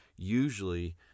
usually